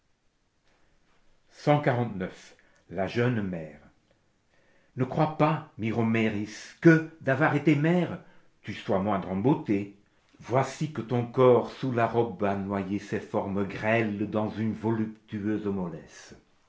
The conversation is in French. la jeune mère ne crois pas myromêris que d'avoir été mère tu sois moindre en beauté voici que ton corps sous la robe a noyé ses formes grêles dans une voluptueuse mollesse